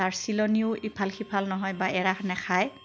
তাৰ চিলনিও ইফাল সিফাল নহয় বা এৰা নাখায়